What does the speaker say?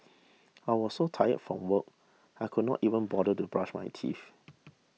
I was so tired from work I could not even bother to brush my teeth